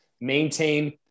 maintain